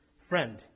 friend